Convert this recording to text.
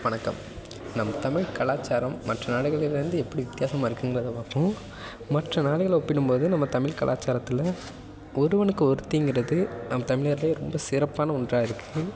வணக்கம் நம் தமிழ் கலாச்சாரம் மற்ற நாடுகளிலந்து எப்படி வித்யாசமாக இருக்குங்குறதை பார்ப்போம் மற்ற நாடுகளை ஒப்பிடும் போது நம்ம தமிழ் கலாச்சாரத்தில் ஒருவனுக்கு ஒருதிங்குறது நம் தமிழர்ளே ரொம்ப சிறப்பான ஒன்றாக இருக்கு